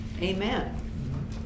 Amen